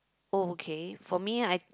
oh okay for me I